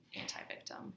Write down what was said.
anti-victim